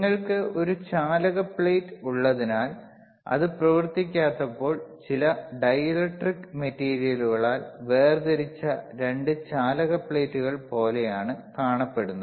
നിങ്ങൾക്ക് ഒരു ചാലക പ്ലേറ്റ് ഉള്ളതിനാൽ അത് പ്രവർത്തിക്കാത്തപ്പോൾ ചില ഡൈലെക്ട്രിക് മെറ്റീരിയലുകളാൽ വേർതിരിച്ച 2 ചാലക പ്ലേറ്റുകൾ പോലെയാണ് കാണപ്പെടുന്നത്